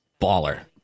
Baller